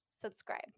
subscribe